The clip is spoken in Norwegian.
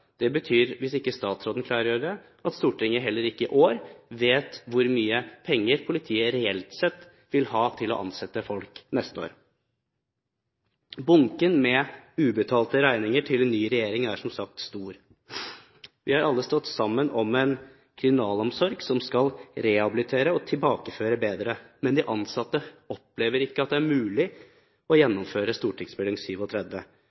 Det betyr – hvis ikke statsråden klargjør det – at Stortinget heller ikke i år vil vite hvor mye penger politiet reelt sett vil ha til å ansette folk for neste år. Bunken med ubetalte regninger til en ny regjering er som sagt stor. Vi har alle stått sammen om en kriminalomsorg som bedre skal rehabilitere og tilbakeføre. Men de ansatte opplever ikke at det er mulig å